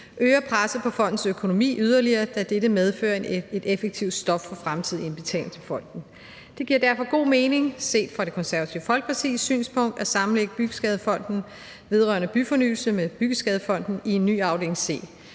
øger presset på fondens økonomi yderligere, da dette medfører et effektivt stop for fremtidige indbetalinger til fonden. Det giver derfor god mening set fra Det Konservative Folkepartis synspunkt at lægge Byggeskadefonden vedrørende Bygningsfornyelse og Byggeskadefonden sammen i en ny afdeling C.